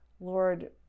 Lord